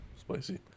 Spicy